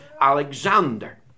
Alexander